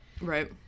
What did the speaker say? right